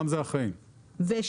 התקנות